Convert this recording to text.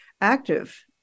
active